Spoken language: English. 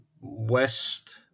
west